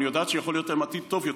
אני יודעת שיכול להיות להן עתיד טוב יותר,